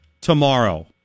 tomorrow